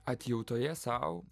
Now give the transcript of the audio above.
atjautoje sau